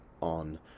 on